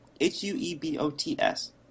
H-U-E-B-O-T-S